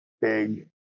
big